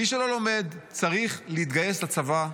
צריך להתגייס לצבא,